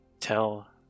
tell